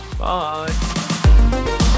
Bye